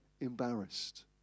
embarrassed